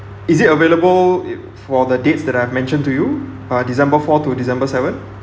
is it available if uh for the dates that I've mentioned to you uh december fourth to december seventh